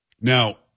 Now